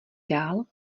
dál